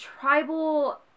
tribal